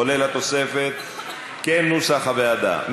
כולל התוספת, כנוסח הוועדה.